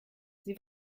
sie